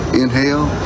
inhale